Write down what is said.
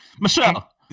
Michelle